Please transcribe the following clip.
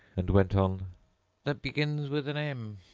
and went on that begins with an m,